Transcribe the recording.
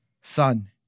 Son